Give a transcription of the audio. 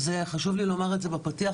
חשוב לי לומר את זה בפתיח,